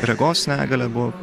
regos negalią buvo